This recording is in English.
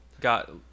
got